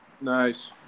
Nice